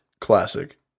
classic